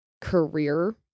career